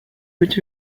would